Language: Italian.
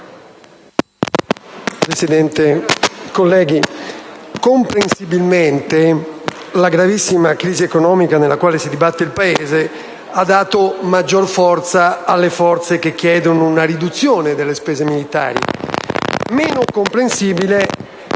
Presidente, colleghi, comprensibilmente, la gravissima crisi economica nella quale si dibatte il Paese ha dato maggior vigore alle forze che chiedono una riduzione delle spese militari.